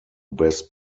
best